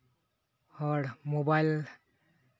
ᱦᱚᱲ ᱢᱳᱵᱟᱭᱤᱞ